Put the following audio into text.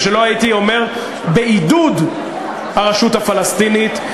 שלא לומר בעידוד הרשות הפלסטינית.